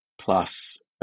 plus